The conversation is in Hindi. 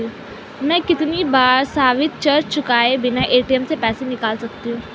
मैं कितनी बार सर्विस चार्ज चुकाए बिना ए.टी.एम से पैसे निकाल सकता हूं?